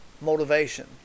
motivation